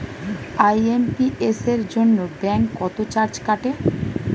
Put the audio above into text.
IMPS এর জন্য bank কত চার্জ কাটে?